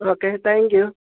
okay thank you